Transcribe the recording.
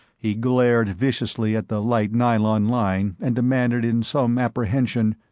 he glared viciously at the light nylon line and demanded in some apprehension,